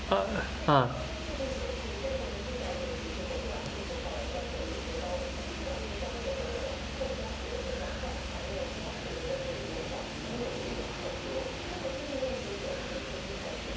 uh um